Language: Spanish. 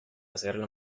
hacerla